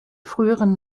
früheren